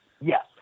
Yes